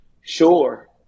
Sure